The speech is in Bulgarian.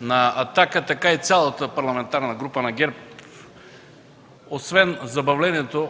на „Атака”, така и цялата Парламентарната група на ГЕРБ, освен забавлението